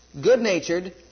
good-natured